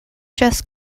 just